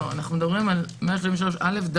לא, אנחנו מדברים על סעיף 133א(ד).